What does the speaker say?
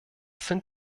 sind